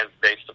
based